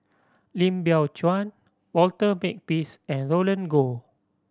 Lim Biow Chuan Walter Makepeace and Roland Goh